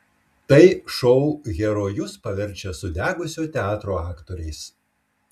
tai šou herojus paverčia sudegusio teatro aktoriais